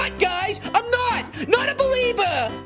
um guys! i'm not! not a belieber! ah,